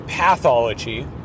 pathology